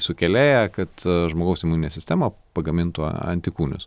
sukėlėją kad žmogaus imuninė sistema pagamintų antikūnius